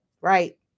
right